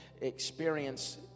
experience